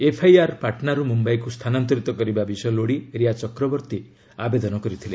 FIR ପାଟନାରୁ ମୁମ୍ବାଇକୁ ସ୍ଥାନାନ୍ତରିତ କରିବା ବିଷୟ ଲୋଡ଼ି ରିୟା ଚକ୍ରବର୍ତ୍ତୀ ଆବେଦନ କରିଥିଲେ